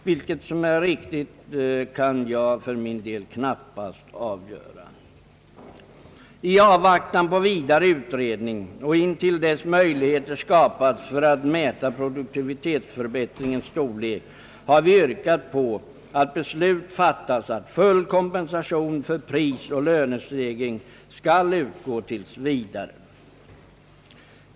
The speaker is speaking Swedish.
Vilket belopp som är riktigt kan jag för min del knappast avgöra. I avvaktan på vidare utredning och intill dess möjligheter skapats för att mäta produktivitetsförbättringens storlek har vi yrkat att beslut fattas om att full kompensation för prisoch lönestegring skall utgå tills vidare.